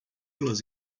las